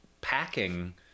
packing